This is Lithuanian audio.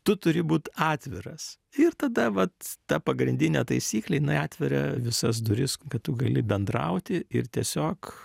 tu turi būt atviras ir tada vat ta pagrindinė taisyklė jin atveria visas duris kad tu gali bendrauti ir tiesiog